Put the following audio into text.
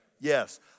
Yes